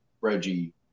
Reggie